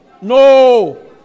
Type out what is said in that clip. No